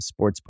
sportsbook